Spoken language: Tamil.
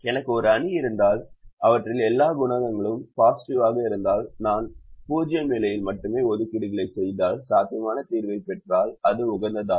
எனக்கு ஒரு அணி இருந்தால் அவற்றில் எல்லா குணகங்களும் பொசிட்டிவ்வாக இருந்தால் நான் 0 நிலைகளில் மட்டுமே ஒதுக்கீடுகளைச் செய்தால் சாத்தியமான தீர்வைப் பெற்றால் அது உகந்ததாகும்